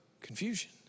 confusion